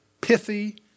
pithy